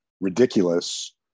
ridiculous